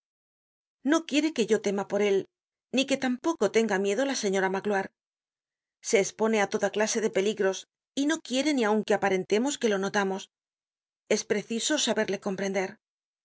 no quiere que yo tema por él ni que tampoco tenga miedo la señora magloire se espone á toda clase de peligros y no quiere ni aun que aparentemos que lo notamos es preciso saberle comprender